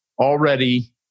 already